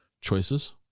choices